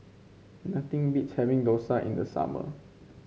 nothing beats having dosa in the summer